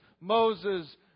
Moses